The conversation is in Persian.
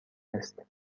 است